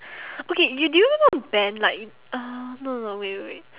okay do do you remember ben like uh no no no wait wait wait